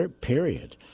period